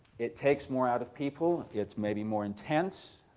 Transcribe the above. it takes more out of people. it's maybe more intense.